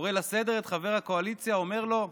קורא לסדר את חבר הקואליציה ואומר לו: